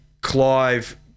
Clive